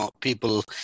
people